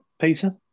Peter